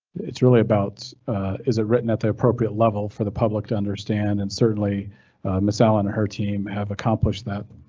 it's really about is it written at the appropriate level for the public to understand and certainly ms allan and her team have accomplished that.